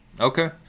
Okay